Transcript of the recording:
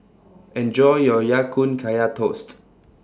Enjoy your Ya Kun Kaya Toast